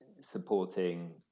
supporting